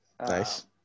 Nice